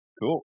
cool